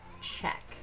Check